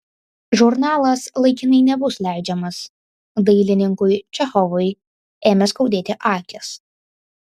žurnalas laikinai nebus leidžiamas dailininkui čechovui ėmė skaudėti akys